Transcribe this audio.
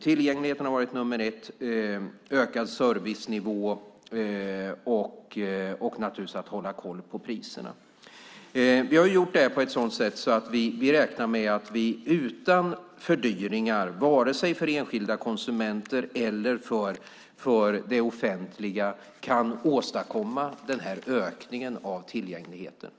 Tillgängligheten har varit nummer ett, och sedan har det varit ökad servicenivå och att hålla koll på priserna. Vi har gjort det här på ett sådant sätt att vi räknar med att utan fördyringar, vare sig för enskilda konsumenter eller för det offentliga, kunna åstadkomma denna ökning av tillgängligheten.